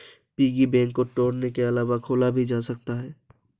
piggy bank को तोड़ने के अलावा खोला भी जा सकता है